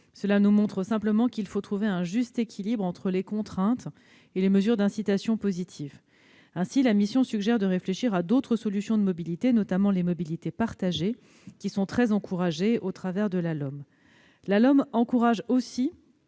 Cela nous montre simplement qu'il faut trouver un juste équilibre entre les contraintes et les mesures d'incitation positive. Ainsi, la mission suggère de réfléchir à d'autres solutions de mobilité, notamment les mobilités partagées, qui sont très encouragées au travers du projet de loi Mobilités.